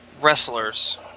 wrestlers